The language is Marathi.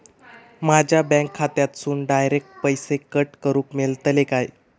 माझ्या बँक खात्यासून डायरेक्ट पैसे कट करूक मेलतले काय?